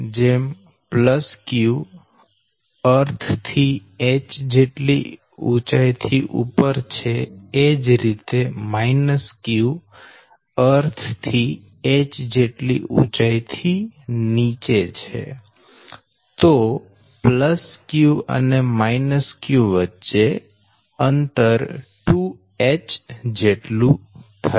જેમ q અર્થ થી h જેટલી ઉંચાઈ થી ઉપર છે એ જ રીતે q અર્થ થી h જેટલી ઉંચાઈ થી નીચે છે તો q અને q વચ્ચે અંતર 2h જેટલું થશે